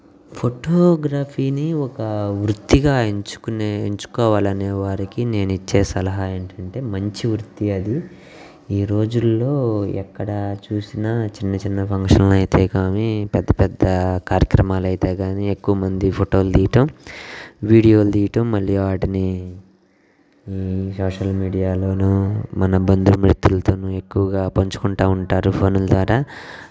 ఫోటోగ్రఫీని ఒక వృత్తిగా ఎంచుకునే ఎంచుకోవాలనే వారికి నేను ఇచ్చే సలహా ఏంటంటే మంచి వృత్తి అది ఈ రోజులలో ఎక్కడ చూసినా చిన్న చిన్న ఫంక్షన్లు అయితే కానీ పెద్ద పెద్ద కార్యక్రమాలు అయితే కానీ ఎక్కువ మంది ఫోటోలు తీయటం వీడియోలు తీయటం మళ్ళీ వాటిని సోషల్ మీడియాలో మన బంధుమిత్రులతో ఎక్కువగా పంచుకుంటు ఉంటారు ఫోన్ల ద్వారా